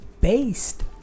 based